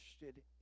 interested